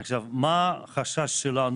עכשיו, מה החשש שלנו?